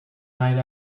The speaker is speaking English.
night